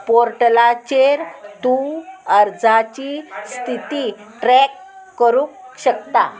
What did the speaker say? पोर्टलाचेर तूं अर्जाची स्थिती ट्रॅक करूंक शकता